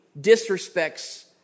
disrespects